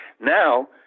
Now